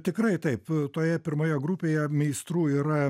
tikrai taip toje pirmoje grupėje meistrų yra